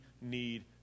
need